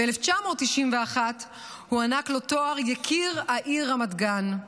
ב-1991 הוענק לו תואר יקיר העיר רמת גן.